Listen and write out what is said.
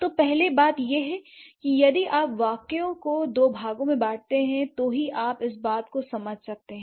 तो पहले बात यह है कि यदि आप वाक्य को दो भागों में बांटते हैं तो ही आप इस बात को समझ सकते हैं